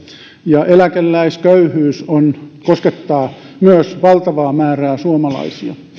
ja myös eläkeläisköyhyys koskettaa valtavaa määrää suomalaisia